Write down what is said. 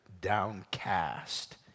downcast